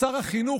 שר החינוך,